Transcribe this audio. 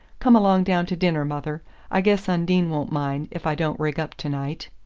come along down to dinner, mother i guess undine won't mind if i don't rig up to-night.